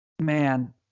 man